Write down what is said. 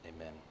Amen